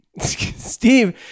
Steve